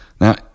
now